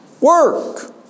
Work